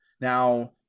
now